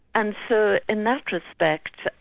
and so in that respect,